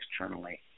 externally